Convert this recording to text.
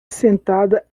sentada